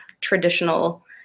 traditional